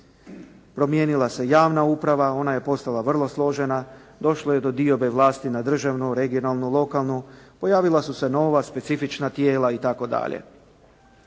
Promijenila se javna uprava. Ona je postala vrlo složena. Došlo je do diobe vlasti na državnu, regionalnu, lokalnu. Pojavila su se nova specifična tijela i